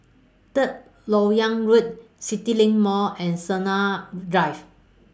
Third Lok Yang Road CityLink Mall and Sina Drive